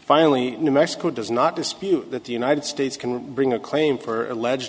finally new mexico does not dispute that the united states can bring a claim for alleged